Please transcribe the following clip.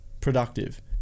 productive